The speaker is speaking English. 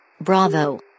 Bravo